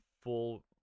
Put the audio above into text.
full